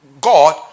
God